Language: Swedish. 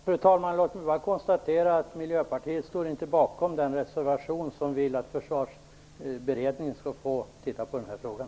Fru talman! Låt mig bara konstatera att Miljöpartiet inte står bakom den reservation, där man vill att Försvarsberedningen skall se på den här frågan.